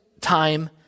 time